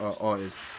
artists